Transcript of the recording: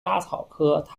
莎草科